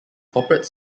corporate